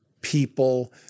people